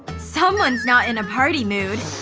someone's not in a party mood.